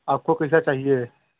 आपको कैसा चाहिए